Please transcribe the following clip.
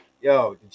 Yo